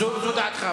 זו דעתך.